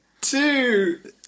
two